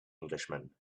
englishman